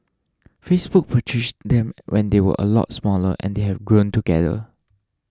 Facebook purchased them when they were a lot smaller and they have grown together